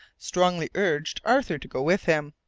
strongly urged arthur to go with him,